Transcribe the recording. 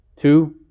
Two